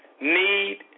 need